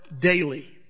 daily